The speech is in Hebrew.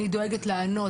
אני דואגת לענות,